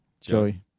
Joey